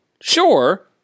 Sure